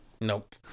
Nope